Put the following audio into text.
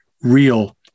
real